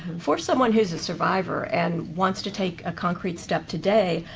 for someone who's a survivor and wants to take a concrete step today,